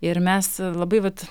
ir mes labai vat